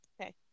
Okay